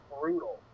brutal